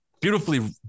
Beautifully